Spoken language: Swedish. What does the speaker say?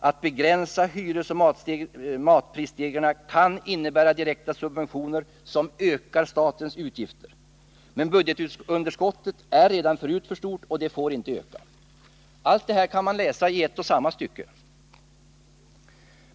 Att begränsa hyresoch matprisstegringarna kan innebära direkta subventioner som ökar statens utgifter. Men budgetunderskottet är redan förut för stort och det får inte öka. Allt detta kan man läsa i ett och samma stycke.